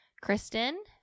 Kristen